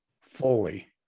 fully